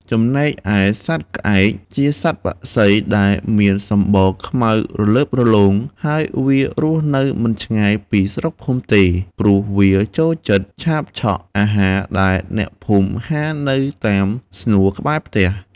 ចំណែកឯសត្វក្អែក ជាសត្វបក្សីដែលមានសម្បុរខ្មៅរលើបរលោង ហើយវារស់នៅមិនឆ្ងាយពីស្រុកភូមិទេ ព្រោះវាចូលចិត្តឆាបឆក់អាហារដែលអ្នកភូមិហាលនៅតាមស្នួរក្បែរផ្ទះ។